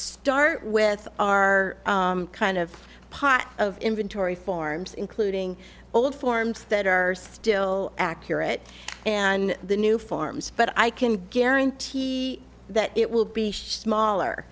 start with our kind of pot of inventory forms including all of forms that are still accurate and the new forms but i can guarantee that it will be smaller